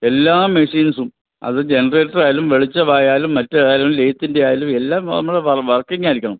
എല്ലാ മെഷീൻസും അത് ജനറേറ്ററായാലും വെളിച്ചവായാലും മറ്റേതായാലും ലൈറ്റിൻ്റെയായാലും എല്ലാം നമ്മുടെ വർക്കിങ്ങായിരിക്കണം